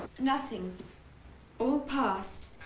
nothing all past